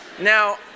now